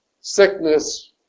Sickness